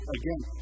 again